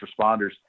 responders